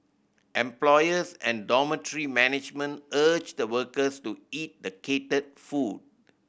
employers and dormitory management urge the workers to eat the catered food